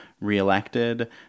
reelected